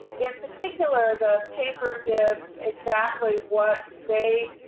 in particular, the paper gives exactly what they,